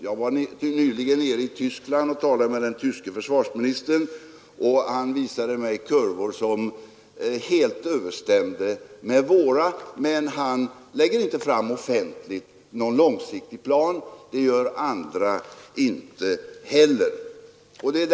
Jag var nyligen i Tyskland och talade med den tyske försvarsministern, och han visade mig kurvor som helt överensstämde med våra, men han lägger inte offentligt fram någon långsiktig plan. Det görs inte heller i andra länder.